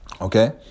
Okay